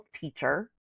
teacher